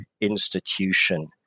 institution